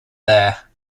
there